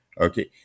Okay